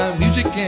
music